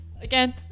Again